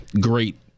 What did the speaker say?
great